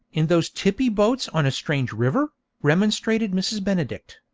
in those tippy boats on a strange river remonstrated mrs. benedict.